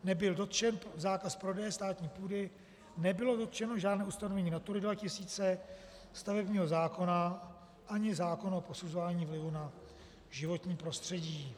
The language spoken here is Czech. Nebyl dotčen zákaz prodeje státní půdy, nebylo dotčeno žádné ustanovení Natury 2000, stavebního zákona ani zákona o posuzování vlivu na životní prostředí.